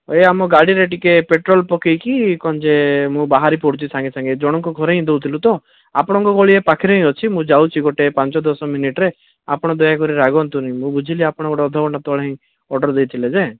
ଏ ଆମ ଗାଡ଼ିରେ ଟିକେ ପେଟ୍ରୋଲ ପକାଇକି କ'ଣ ଯେ ମୁଁ ବାହାରି ପଡ଼ୁଛି ସାଙ୍ଗେ ସାଙ୍ଗେ ଜଣଙ୍କ ଘରେ ହିଁ ଦଉଥିଲି ତ ଆପଣଙ୍କ ଗଳି ଏ ପାଖରେ ହିଁ ଅଛି ମୁଁ ଯାଉଛି ଗୋଟେ ପାଞ୍ଚ ଦଶ ମିନିଟିରେ ଆପଣ ଦୟାକରି ରାଗନ୍ତୁନି ମୁଁ ବୁଝିଲି ଆପଣ ଗୋଟେ ଅଧଘଣ୍ଟେ ତଳେ ହିଁ ଅର୍ଡ଼ର ଦେଇଥିଲେ ଯେ